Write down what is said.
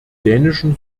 dänischen